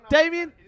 Damien